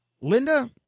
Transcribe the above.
Linda